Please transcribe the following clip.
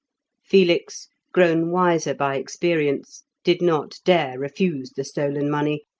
felix, grown wiser by experience, did not dare refuse the stolen money,